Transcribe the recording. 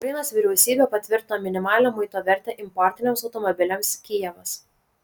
ukrainos vyriausybė patvirtino minimalią muito vertę importiniams automobiliams kijevas